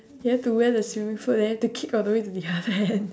you have to wear the swimming float then you have to kick all the way to the other end